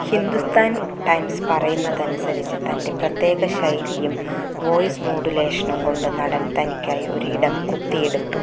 Hindustan Times പറയുന്നതനുസരിച്ച് തൻ്റെ പ്രത്യേക ശൈലിയും വോയ്സ് മോഡുലേഷനും കൊണ്ട് നടൻ തനിക്കായി ഒരു ഇടം കൊത്തിയെടുത്തു